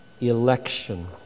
election